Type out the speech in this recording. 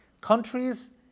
Countries